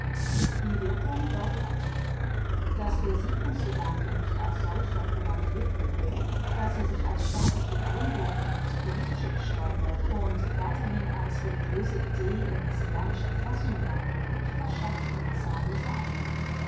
die wirkung war gewaltig daß der siedlungsgedanke nicht als solcher propagiert wurde daß er sich als staatliche gründung ins politische gesteigert und weiterhin als religiöse idee in messianischer fassung darbot verschaffte ihm zahllose anhänger